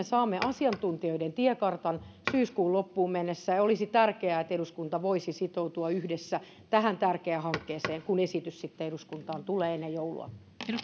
saamme asiantuntijoiden tiekartan syyskuun loppuun mennessä ja olisi tärkeää että eduskunta voisi sitoutua yhdessä tähän tärkeään hankkeeseen kun esitys eduskuntaan tulee sitten ennen joulua